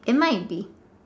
it might be